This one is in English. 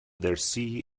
their